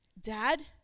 Dad